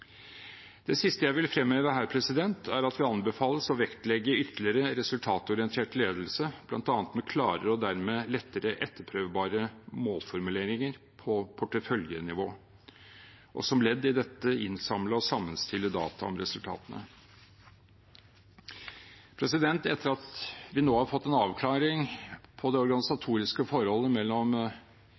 Det siste jeg vil fremheve her, er at vi anbefales å vektlegge ytterligere resultatorientert ledelse, bl.a. med klarere og dermed lettere etterprøvbare målformuleringer på porteføljenivå, og som ledd i dette innsamle og sammenstille data om resultatene. Etter at vi nå har fått en avklaring på det organisatoriske forholdet mellom